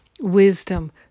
wisdom